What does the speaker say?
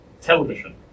television